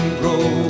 grow